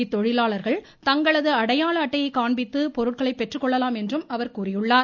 இத்தொழிலாளர்கள் தங்களது அடையாள அட்டையை காண்பித்து பொருட்களை பெற்றுக்கொள்ளலாம் என்றும் அவர் கூறியுள்ளார்